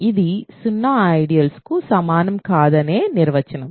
ఇది సున్నా ఐడియల్స్ కు సమానం కాదనే నిర్వచనం